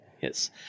yes